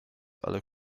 alle